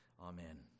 Amen